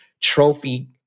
trophy